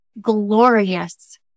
glorious